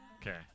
Okay